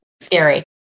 scary